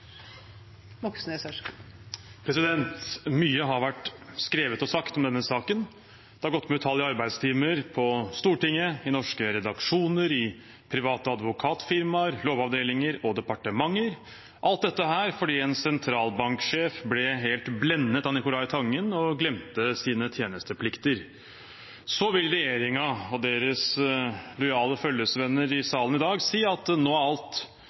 Mye har vært skrevet og sagt om denne saken. Det har gått med utallige arbeidstimer på Stortinget, i norske redaksjoner, i private advokatfirmaer, i lovavdelinger og i departementer – alt dette fordi en sentralbanksjef ble helt blendet av Nicolai Tangen og glemte sine tjenesteplikter. Så vil regjeringen og deres lojale følgesvenner i salen i dag si at nå er alt